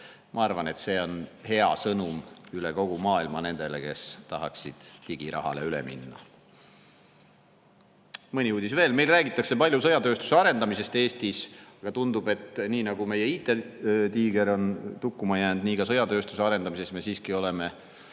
Ma arvan, et see on hea sõnum üle kogu maailma nendele, kes tahaksid digirahale üle minna. Mõni uudis veel. Meil räägitakse palju sõjatööstuse arendamisest Eestis, aga tundub, et nii nagu meie IT-tiiger on tukkuma jäänud, nii ka sörgime sõjatööstuse arendamises siiski oma